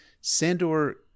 Sandor